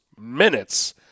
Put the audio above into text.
minutes